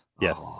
yes